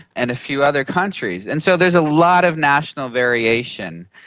and a few other countries. and so there's a lot of national variation.